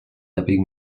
david